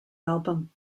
album